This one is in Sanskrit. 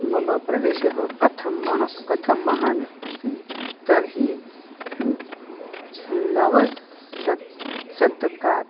मम प्रदेशः कथं महान् कथं महान् अस्ति तर्हि नवमं स्सत् शतकात्